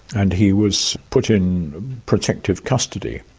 and he was put in protective custody.